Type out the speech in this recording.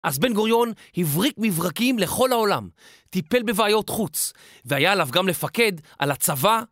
אז בן-גוריון הבריק מברקים לכל העולם, טיפל בבעיות חוץ, והיה עליו גם לפקד על הצבא.